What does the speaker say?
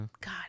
God